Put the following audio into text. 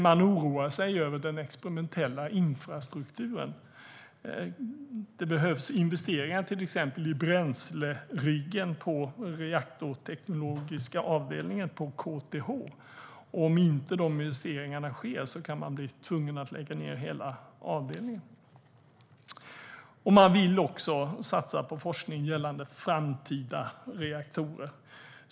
Man oroar sig över den experimentella infrastrukturen. Det behövs investeringar i till exempel bränsleriggen på reaktorteknologiska avdelningen på KTH. Om dessa investeringar inte sker kan man bli tvungen att lägga ned hela avdelningen. Man vill också satsa på forskning gällande framtida reaktorer.